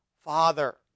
Father